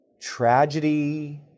tragedy